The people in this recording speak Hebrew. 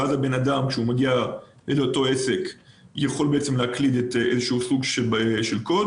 ואז הבן שמגיע לאותו עסק יכול להקליד איזשהו סוג של קוד